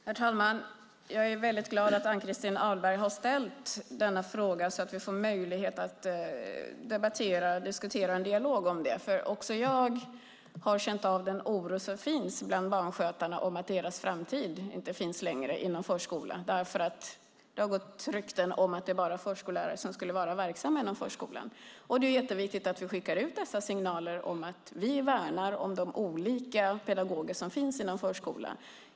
Herr talman! Jag är väldigt glad att Ann-Christin Ahlberg har ställt denna fråga så att vi får möjlighet att debattera och diskutera detta i en dialog. Även jag har nämligen känt av den oro som finns bland barnskötarna över att deras framtid inte längre finns inom förskolan, eftersom det har gått rykten om att det bara är förskollärare som ska vara verksamma inom förskolan. Det är jätteviktigt att vi skickar ut dessa signaler om att vi värnar om de olika pedagoger som finns inom förskolan.